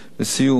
לסיום,